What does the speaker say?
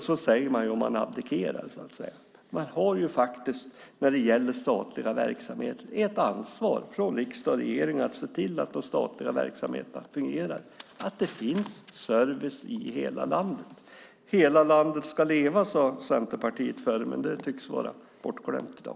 Så säger man om man abdikerar. Man har faktiskt ett ansvar i riksdag och regering för att se till att de statliga verksamheterna fungerar, så att det finns service i hela landet. Hela landet ska leva, sade Centerpartiet förr, men det tycks vara bortglömt i dag.